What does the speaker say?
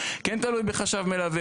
כן תלוי בחשב מלווה,